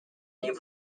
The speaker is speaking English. new